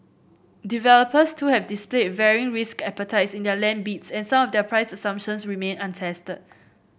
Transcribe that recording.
developers too have displayed varying risk appetites in their land and some of their price assumptions remain untested